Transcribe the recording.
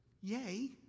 Yay